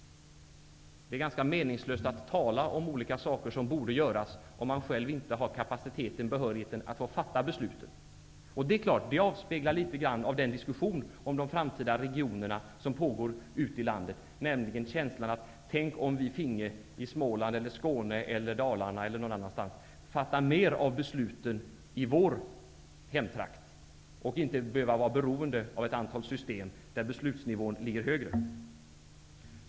Det är ganska meningslöst att tala om olika saker som borde göras, om man själv inte har kapaciteten, behörigheten, att få fatta besluten. Det avspeglar något den diskussion om de framtida regionerna som pågår ute i landet, nämligen när man säger: Tänk om vi i Småland, Skåne, Dalarna eller någon annanstans finge fatta fler beslut i vår hemtrakt och inte skulle behöva vara beroende av ett antal system där beslutsnivån ligger högre.